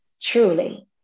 truly